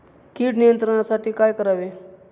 कीड नियंत्रणासाठी काय करावे?